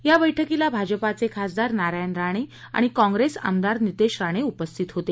या बैठकीला भाजपाचे खासदार नारायण राणे आणि काँग्रेस आमदार नितेश राणे उपस्थित होते